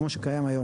כמו שקיים היום,